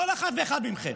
כל אחד ואחד מכם,